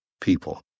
people